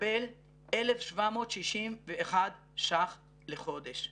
מקבל 1,761 ש"ח לחודש.